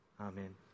Amen